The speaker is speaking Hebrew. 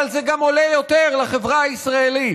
אבל זה גם עולה יותר לחברה הישראלית.